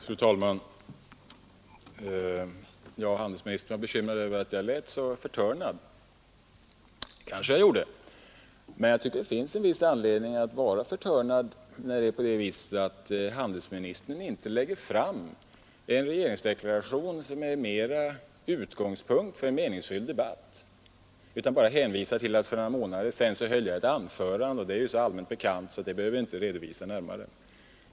Fru talman! Handelsministern var bekymrad över att jag lät så förtörnad. Det kanske jag gjorde. Men jag tycker att det finns en viss anledning att vara förtörnad när handelsministern inte lägger fram en regeringsdeklaration som ger en bättre utgångspunkt för en meningsfylld debatt. Han hänvisar bara till att han för några månader sedan höll ett anförande. Det är väl så allmänt bekant, så det behöver jag väl inte närmare redovisa, menade handelsministern.